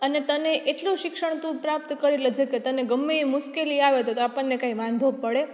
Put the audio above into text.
અને તને એટલું શિક્ષણ તું પ્રાપ્ત કરી લેજે કે તને ગમે એ મુશ્કેલી આવે તો આપણને કંઈ વાંધો પડે